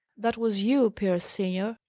that was you, pierce senior!